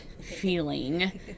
feeling